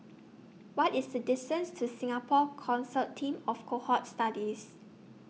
What IS The distance to Singapore Consortium of Cohort Studies